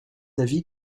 avis